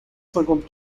cinquante